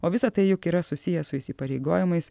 o visa tai juk yra susiję su įsipareigojimais